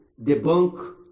Debunk